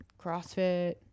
CrossFit